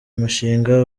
mushinga